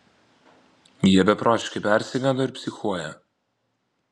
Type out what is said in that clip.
jie beprotiškai persigando ir psichuoja